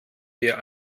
wir